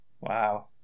Wow